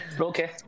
Okay